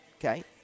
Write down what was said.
okay